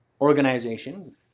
organization